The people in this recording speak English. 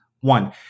One